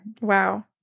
Wow